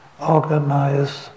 organize